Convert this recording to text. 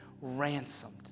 ransomed